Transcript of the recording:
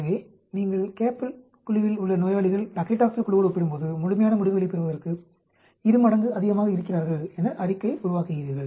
எனவே நீங்கள் CAP குழுவில் உள்ள நோயாளிகள் பேக்லிடாக்சல் குழுவோடு ஒப்பிடும்போது முழுமையான முடிவுகளைப் பெறுவதற்கு இரு மடங்கு அதிகமாக இருக்கிறார்கள் என அறிக்கை உருவாக்குகிறீர்கள்